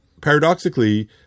Paradoxically